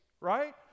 right